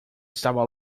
estava